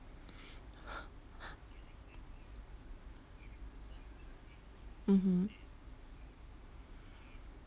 mmhmm